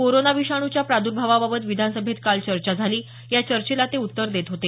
corona विषाणुच्या प्रादुर्भावाबाबत विधानसभेत काल चर्चा झाली या चर्चेला ते उत्तर देत होते